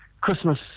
Christmas